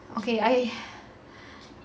okay I